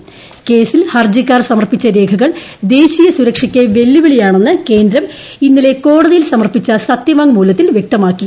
ക്ക്സീൽ ഹർജിക്കാർ സമർപ്പിച്ച രേഖകൾ ദേശീയ സുരക്ഷയ്ക്ക് വെല്ലുവിളിയാണെന്ന് കേന്ദ്രം ഇന്നലെ കോടതിയിൽ സമർപ്പിച്ച സത്യവാങ്മൂലത്തിൽ വ്യക്തമാക്കി